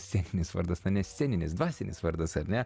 sceninis vardas na ne sceninis dvasinis vardas ar ne